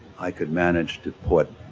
i could manage to put